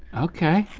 okay.